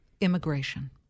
Immigration